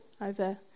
over